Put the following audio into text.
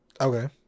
Okay